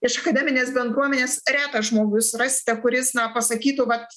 iš akademinės bendruomenės retas žmogus rasite kuris na pasakytų vat